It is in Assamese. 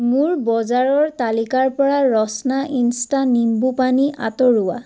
মোৰ বজাৰৰ তালিকাৰ পৰা ৰচ্না ইনষ্টা নিম্বুপানী আঁতৰোৱা